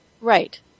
Right